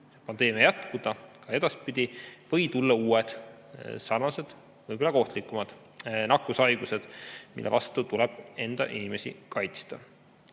pandeemia jätkuda ka edaspidi. Võivad tulla uued sarnased, aga võib-olla ka ohtlikumad nakkushaigused, mille vastu tuleb enda inimesi kaitsta. Selle